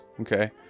Okay